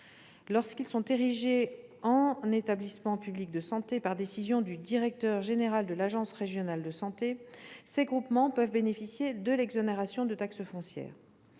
Lorsqu'ils sont érigés en établissements publics de santé par décision du directeur général de l'agence régionale de santé, ces groupements peuvent bénéficier de l'exonération de taxe foncière.